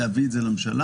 להביא את זה לממשלה,